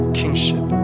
kingship